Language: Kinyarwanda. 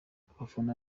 abafana